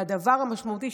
והדבר המשמעותי,